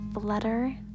flutter